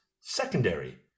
secondary